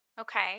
Okay